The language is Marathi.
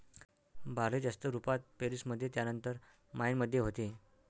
बार्ली जास्त रुपात पेरीस मध्ये त्यानंतर मायेन मध्ये होते